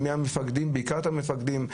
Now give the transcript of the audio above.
בעיקר את המפקדים,